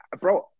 bro